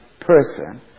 person